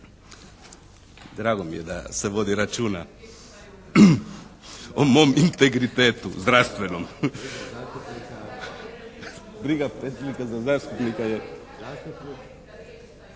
Drago mi je da se vodi računa o mom integritetu zdravstvenom. … /Upadica se ne razumije./